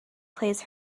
plays